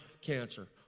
cancer